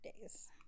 days